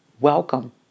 Welcome